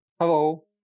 Hello